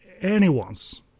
anyone's